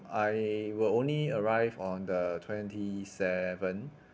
I will only arrive on the twenty seven